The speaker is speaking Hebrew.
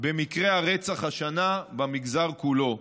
במקרי הרצח השנה במגזר כולו,